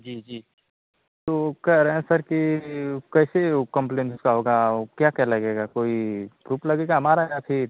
जी जी तो कहे रहे हैं सर कि कैसे वो कंप्लेन उसका होगा वो क्या क्या लगेगा कोई प्रूफ़ लगेगा हमारा या फिर